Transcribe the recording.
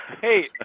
hey